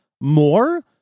More